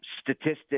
statistics